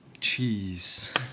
Cheese